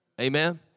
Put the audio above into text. Amen